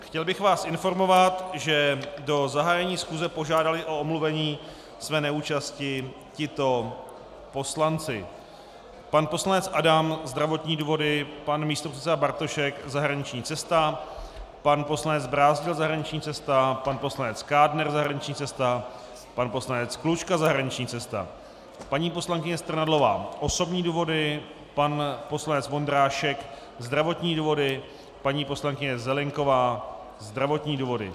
Chtěl bych vás informovat, že do zahájení schůze požádali o omluvení své neúčasti tito poslanci: pan poslanec Adam zdravotní důvody, pan místopředseda Bartošek zahraniční cesta, pan poslanec Brázdil zahraniční cesta, pan poslanec Kádner zahraniční cesta, pan poslanec Klučka zahraniční cesta, paní poslankyně Strnadlová osobní důvody, pan poslanec Vondrášek zdravotní důvody, paní poslankyně Zelienková zdravotní důvody.